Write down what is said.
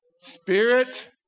Spirit